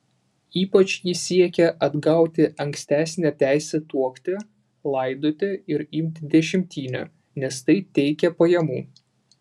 ypač ji siekė atgauti ankstesnę teisę tuokti laidoti ir imti dešimtinę nes tai teikė pajamų